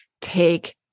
Take